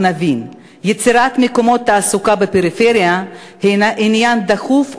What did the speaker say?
ונבין: יצירת מקומות תעסוקה בפריפריה היא עניין דחוף ומהותי,